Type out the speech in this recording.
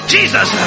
Jesus